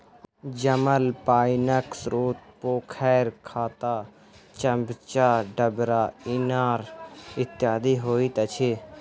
जमल पाइनक स्रोत पोखैर, खत्ता, चभच्चा, डबरा, इनार इत्यादि होइत अछि